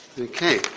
Okay